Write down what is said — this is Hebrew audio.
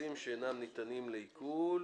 נכסים שאינם ניתנים לעיקול.